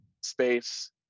space